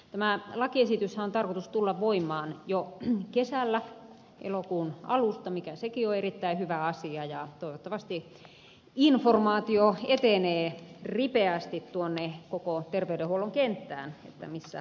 tämän lakiesityksenhän on tarkoitus tulla voimaan jo kesällä elokuun alusta mikä sekin on erittäin hyvä asia ja toivottavasti informaatio etenee ripeästi tuonne koko terveydenhuollon kenttään missä mennään